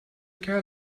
kerl